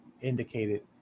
indicated